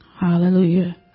Hallelujah